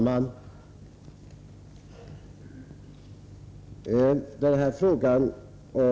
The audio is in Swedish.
Herr talman!